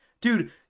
Dude